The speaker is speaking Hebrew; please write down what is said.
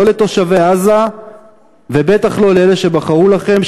לא לתושבי עזה ובטח לא לאלה שבחרו בכם,